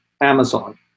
amazon